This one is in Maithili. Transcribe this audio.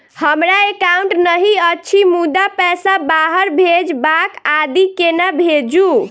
हमरा एकाउन्ट नहि अछि मुदा पैसा बाहर भेजबाक आदि केना भेजू?